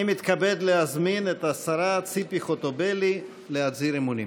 אני מתכבד להזמין את השרה ציפי חוטובלי להצהיר אמונים.